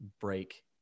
break